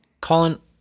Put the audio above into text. Colin